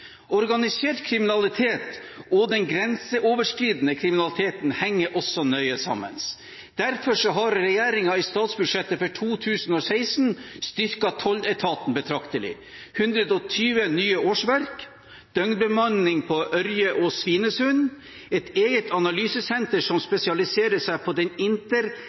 Organisert kriminalitet og den grenseoverskridende kriminaliteten henger også nøye sammen. Derfor har regjeringen i statsbudsjettet for 2016 styrket Tolletaten betraktelig: 120 nye årsverk, døgnbemanning på Ørje og Svinesund, et eget analysesenter som spesialiserer seg på den